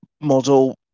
model